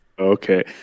okay